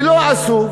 ולא עשו,